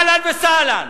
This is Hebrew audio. אהלן וסהלן,